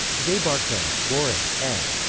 zabarko, boris, ed.